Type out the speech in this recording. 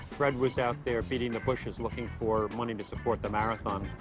fred was out there beating the bushes looking for money to support the marathon.